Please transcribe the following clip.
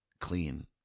clean